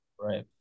Right